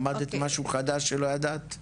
למדת משהו חדש שלא ידעת?